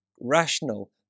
rational